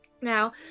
Now